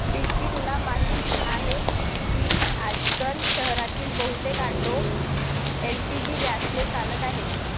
पिंकी तुला माहीत आहे की आजकाल शहरातील बहुतेक ऑटो एल.पी.जी गॅसने चालत आहेत